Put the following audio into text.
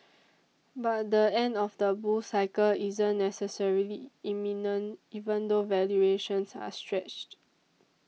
but the end of the bull cycle isn't necessarily imminent even though valuations are stretched